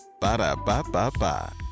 Ba-da-ba-ba-ba